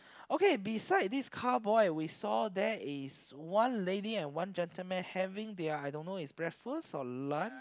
okay beside this car boy we saw there is one lady and one gentleman having their I don't know is breakfast or lunch